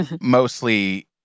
mostly